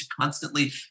constantly